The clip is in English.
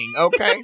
okay